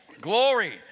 Glory